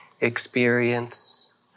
experience